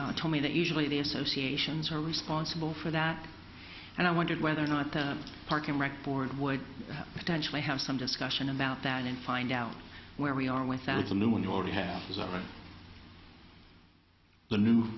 e told me that usually the associations are responsible for that and i wondered whether or not the parking wreck board would potentially have some discussion about that and find out where we are without a moon or passes over the new